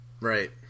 Right